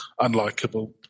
unlikable